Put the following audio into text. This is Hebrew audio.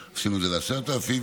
ועכשיו עשינו את זה ל-10,000 שקלים.